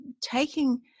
taking